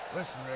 Listen